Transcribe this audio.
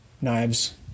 knives